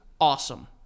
Awesome